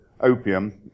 opium